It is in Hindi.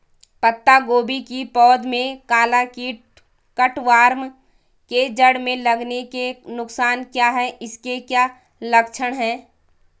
पत्ता गोभी की पौध में काला कीट कट वार्म के जड़ में लगने के नुकसान क्या हैं इसके क्या लक्षण हैं?